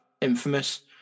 infamous